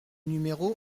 numéro